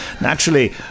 Naturally